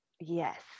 Yes